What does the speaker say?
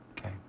Okay